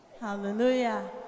Hallelujah